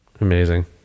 amazing